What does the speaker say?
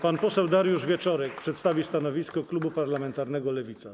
Pan poseł Dariusz Wieczorek przedstawi stanowisko klubu parlamentarnego Lewica.